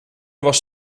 was